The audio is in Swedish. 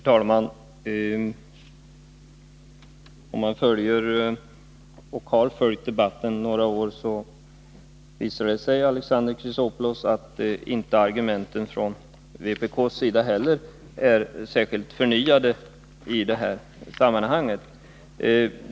Herr talman! För den som har följt debatten några år visar det sig, Alexander Chrisopoulos, att inte heller argumenten från vpk:s sida är särskilt förnyade i det här sammanhanget.